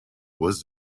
was